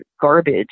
garbage